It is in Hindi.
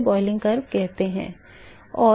इसे boiing curve कहते हैं